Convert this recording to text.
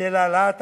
של העלאת הקצבה,